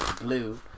blue